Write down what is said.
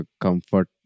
comfort